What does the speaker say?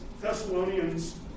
Thessalonians